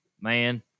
Man